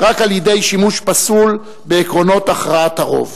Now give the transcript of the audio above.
רק על-ידי שימוש פסול בעקרונות הכרעת הרוב.